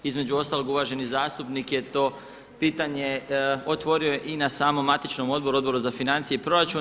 Između ostalog uvaženi zastupnik je to pitanje otvorio i na samom matičnom odboru, Odboru za financije i proračun.